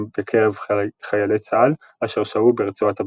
בקרב חיילי צה"ל אשר שהו ברצועת הביטחון.